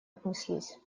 отнеслись